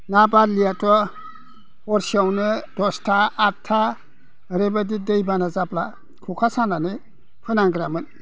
ना बारलियाथ' हरसेयावनो दसथा आठथा ओरैबायदि दै बाना जाब्ला खखा सानानै फोनांग्रामोन